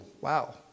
wow